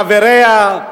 חבריה,